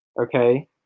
Okay